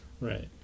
Right